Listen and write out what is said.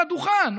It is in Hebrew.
על הדוכן,